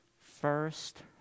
first